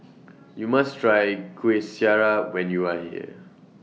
YOU must Try Kuih Syara when YOU Are here